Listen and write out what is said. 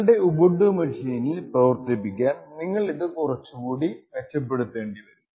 നിങ്ങളുടെ ഉബുണ്ടു മെഷീനിൽ പ്രവർത്തിപ്പിക്കാൻ നിങ്ങൾ ഇത് കുറച്ചുകൂടി മെച്ചപ്പെടുത്തേണ്ടി വരും